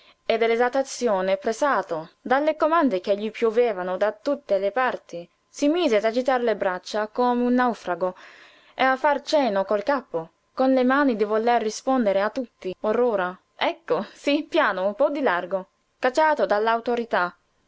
e dell'esaltazione pressato dalle domande che gli piovevano da tutte le parti si mise ad agitar le braccia come un naufrago e a far cenni col capo con le mani di voler rispondere a tutti or ora ecco sí piano un po di largo cacciato